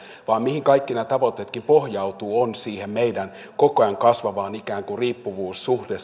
vaan se mihin kaikki nämä tavoitteetkin pohjautuvat on se meidän koko ajan kasvava ikään kuin riippuvuussuhde